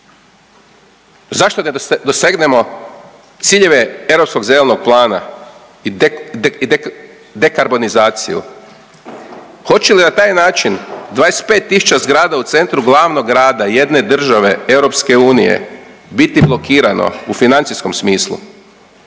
zašto ne dosegnemo ciljeve europskog zelenog plana i dekarbonizaciju? Hoće li na taj način 25 tisuća zgrada u centru glavnog grada jedne države EU biti blokirano u financijskom smislu,